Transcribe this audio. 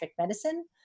Medicine